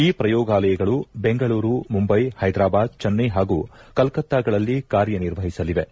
ಈ ಪ್ರಯೋಗಾಲಯಗಳು ಬೆಂಗಳೂರು ಮುಂದ್ಯೆ ಹೈದ್ರಾಬಾದ್ ಚೆನ್ಟೈ ಹಾಗೂ ಕೊಲ್ತಾಗಳಲ್ಲಿ ಕಾರ್ಯನಿರ್ವಹಿಸಲಿವೆ